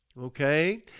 Okay